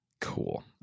Cool